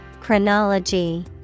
Chronology